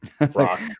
rock